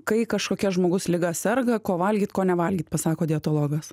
kai kažkokia žmogaus liga serga ko valgyt ko nevalgyt pasako dietologas